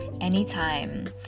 anytime